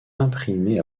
imprimés